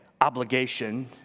obligation